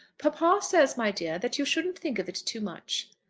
papa says, my dear, that you shouldn't think of it too much.